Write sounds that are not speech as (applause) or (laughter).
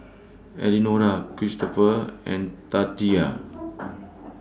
Elenora Kristopher and Tatia (noise)